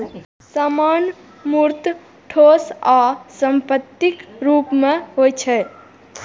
सामान मूर्त, ठोस आ संपत्तिक रूप मे होइ छै